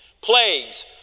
Plagues